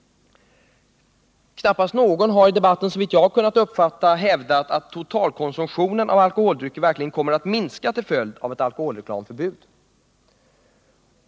Knappast någon har i debatten, såvitt jag har kunnat fatta, hävdat att totalkonsumtionen av alkoholdrycker kommer att minska till följd av ett alkoholreklamförbud.